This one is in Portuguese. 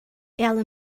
ela